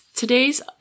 Today's